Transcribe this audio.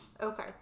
Okay